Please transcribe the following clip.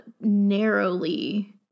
narrowly